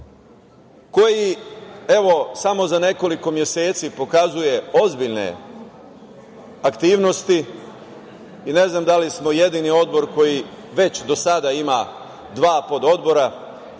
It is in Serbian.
koji, evo, za samo nekoliko meseci pokazuje ozbiljne aktivnosti. Ne znam da li smo jedini odbor koji već do sada ima dva pododbora,